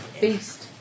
beast